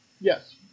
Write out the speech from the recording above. Yes